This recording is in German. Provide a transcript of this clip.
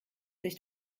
sich